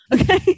Okay